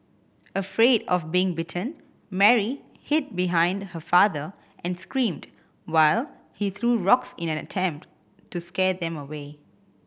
afraid of being bitten Mary hid behind her father and screamed while he threw rocks in an attempt to scare them away